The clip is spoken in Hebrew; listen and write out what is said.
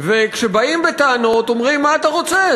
וכשבאים בטענות, אומרים: מה אתה רוצה?